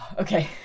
Okay